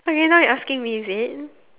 okay now you asking me is it